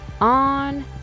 on